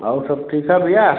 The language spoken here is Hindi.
और सब ठीक है भैया